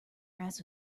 grass